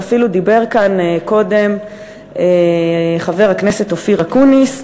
ואפילו דיבר כאן קודם חבר הכנסת אופיר אקוניס,